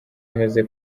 ameze